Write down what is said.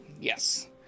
yes